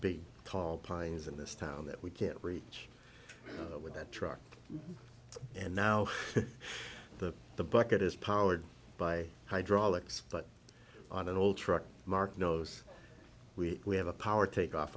big tall pines in this town that we can't reach with that truck and now the the bucket is powered by hydraulics but on an old truck mark knows we have a power take off